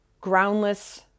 Groundless